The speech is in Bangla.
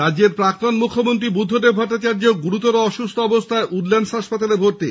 রাজ্যের প্রাক্তন মুখ্যমন্ত্রী বুদ্ধদেব ভট্টাচার্য গুরুতর অসুস্থ অবস্থায় উডল্যান্ডস হাসপাতালে ভর্তি